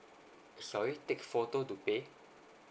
sorry take photo to pay